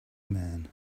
man